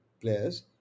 players